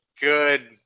good